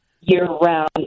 year-round